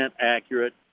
accurate